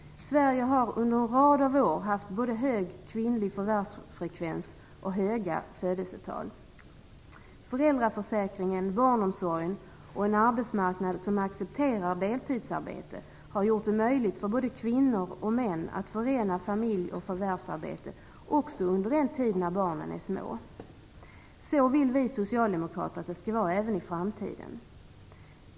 Sverige har under en rad av år haft både hög kvinnlig förvärvsfrekvens och höga födelsetal. Föräldraförsäkringen, barnomsorgen och en arbetsmarknad som accepterar deltidsarbete har gjort det möjligt för både kvinnor och män att förena familj och förvärvsarbete också under den tid barnen är små. Så vill vi socialdemokrater att det skall vara även i framtiden.